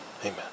Amen